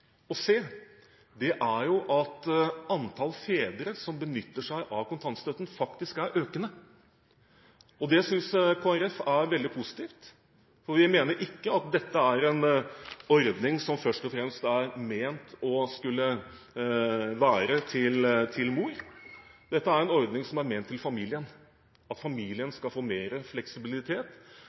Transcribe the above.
å se, er at antallet fedre som benytter seg av kontantstøtten, faktisk er økende. Det synes Kristelig Folkeparti er veldig positivt, for vi mener ikke at dette er en ordning som først og fremst er ment å skulle være til mor. Dette er en ordning som er ment for familien, for at familien skal få mer fleksibilitet